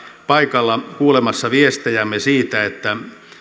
paikalla kuulemassa viestejämme siitä että